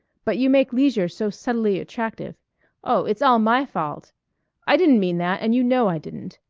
but you make leisure so subtly attractive oh, it's all my fault i didn't mean that, and you know i didn't.